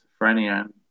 schizophrenia